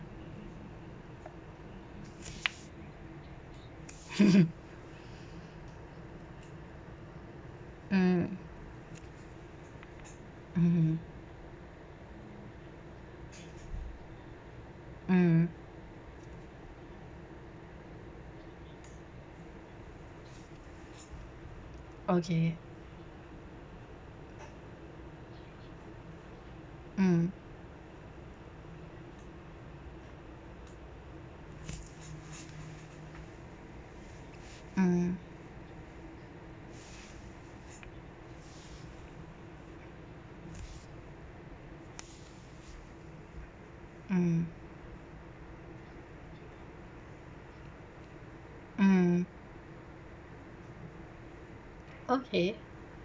mm mm mm okay mm mm mm mm okay